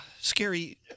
Scary